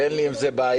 ואין לי עם זה בעיה,